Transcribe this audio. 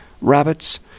rabbits